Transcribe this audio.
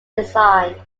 design